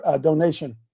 donation